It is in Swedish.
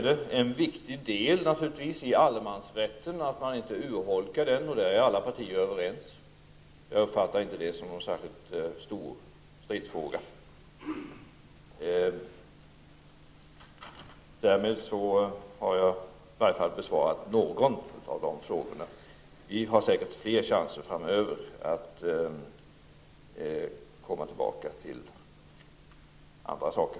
Enligt vår uppfattning är det viktigt att man inte urholkar allemansrätten, och det är alla partier överens om. Jag uppfattar inte detta som någon särskilt stor stridsfråga. Därmed har jag besvarat i varje fall någon av de frågor som har ställts. Det kommer säkert fler chanser framöver att återkomma till dessa frågor.